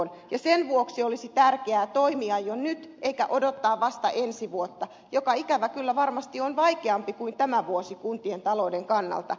sen vuoksi olisi tärkeää toimia jo nyt eikä odottaa vasta ensi vuotta joka ikävä kyllä varmasti on vaikeampi kuin tämä vuosi kuntien talouden kannalta